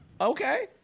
Okay